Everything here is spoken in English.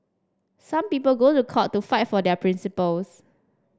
some people go to court to fight for their principles